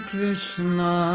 Krishna